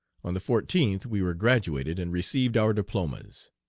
on the fourteenth we were graduated and received our diplomas.